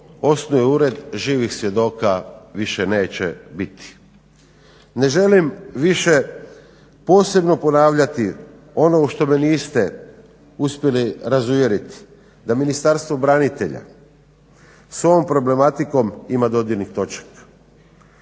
osnuje ured živih svjedoka više neće biti. Ne želim više posebno ponavljati ono u što me niste uspjeli razuvjeriti da Ministarstvo branitelja sa ovom problematikom ima dodirnih točaka.